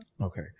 Okay